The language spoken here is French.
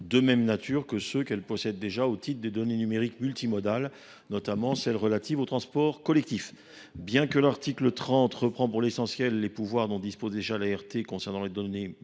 de même nature que ceux qu’elle possède déjà en matière de données numériques multimodales, et notamment de données relatives aux transports collectifs. Bien que l’article 30 reprenne pour l’essentiel les pouvoirs dont dispose déjà l’ART concernant les données